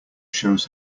shows